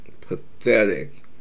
pathetic